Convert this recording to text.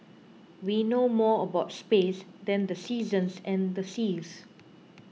we know more about space than the seasons and the seas